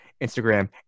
Instagram